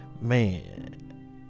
man